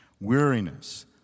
weariness